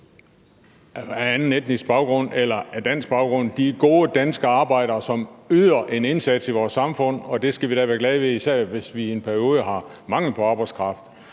af anden etnisk baggrund eller af dansk baggrund; de er gode danske arbejdere, som yder en indsats i vores samfund, og det skal vi da være glade ved, især hvis vi i en periode har mangel på arbejdskraft.